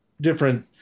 different